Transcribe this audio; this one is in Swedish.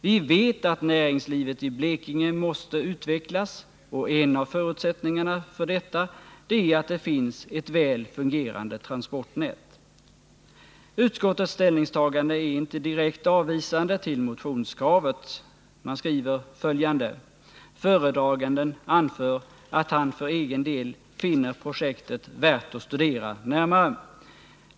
Vi vet att näringslivet i Blekinge måste utvecklas, och en av förutsättningarna för detta är att det finns ett väl fungerande transportnät. Utskottets ställningstagande är inte direkt avvisande till motionskravet. Utskottet skriver följande: ”Föredraganden anför att han för egen del finner projektet värt att studera närmare.